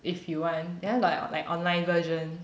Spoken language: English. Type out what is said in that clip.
if you want you know got like online version